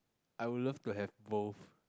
I would love to have both